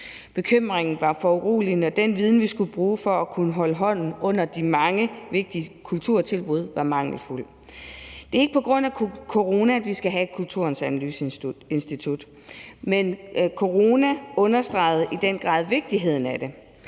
Bekymringen var foruroligende, og den viden, vi skulle bruge for at kunne holde hånden under de mange vigtige kulturtilbud, var mangelfuld. Det er ikke på grund af corona, at vi skal have Kulturens Analyseinstitut, men corona understregede i den grad vigtigheden af det.